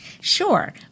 Sure